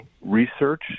research